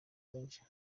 benshi